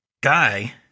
guy